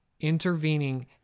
intervening